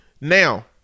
Now